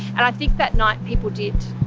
and i think that night people did.